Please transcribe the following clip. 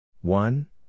One